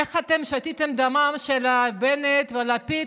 איך אתם שתיתם את דמם של בנט ולפיד